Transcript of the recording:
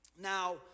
Now